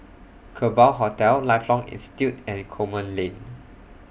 Kerbau Hotel Lifelong Institute and Coleman Lane